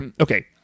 okay